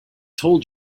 told